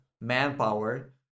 manpower